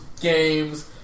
games